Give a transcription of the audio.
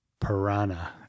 Piranha